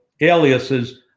aliases